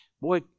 Boy